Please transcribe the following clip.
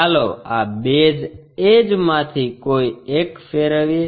ચાલો આ બેઝ એજમાંથી કોઈ એક ફેરવીએ